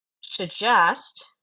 Suggest